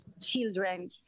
children